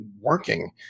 working